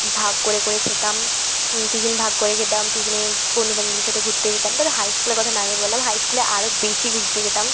ভাগ করে করে খেতাম টিফিন ভাগ করে খেতাম টিফিনে কোনও বান্ধবীর সাথে ঘুরতে যেতাম তবে হাই স্কুলের কথা নাই বা বললাম হাই স্কুলে আরও বেশি ঘুরতে যেতাম